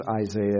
Isaiah